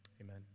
amen